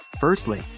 Firstly